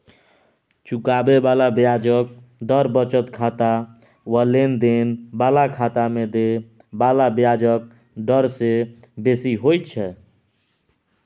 चुकाबे बला ब्याजक दर बचत खाता वा लेन देन बला खाता में देय बला ब्याजक डर से बेसी होइत छै